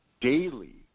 daily